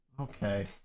Okay